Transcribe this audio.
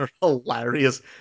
Hilarious